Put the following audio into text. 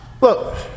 Look